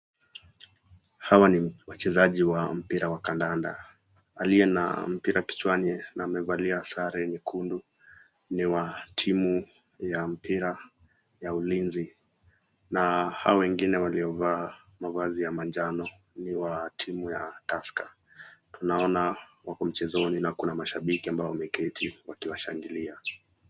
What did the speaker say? Hawa ni wachezaji wa mpira wa kandanda. Aliye na mpira kichwani amevalia sare nyekundu. Ni wa timu ya mpira ya ulinzi na hao wengine waliovaa mavazi ya manjano ni wa timu ya Tusker. Tunaona wapo mchezoni na kuna mashabiki ambao wameketi wakiwashangilia.